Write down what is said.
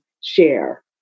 share